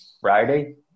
Friday